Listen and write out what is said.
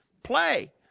play